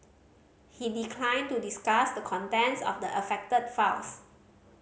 he declined to discuss the contents of the affected files